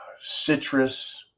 citrus